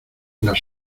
las